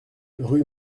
rue